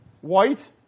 white